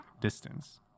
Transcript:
distance